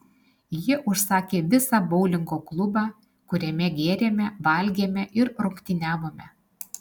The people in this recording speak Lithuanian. jie užsakė visą boulingo klubą kuriame gėrėme valgėme ir rungtyniavome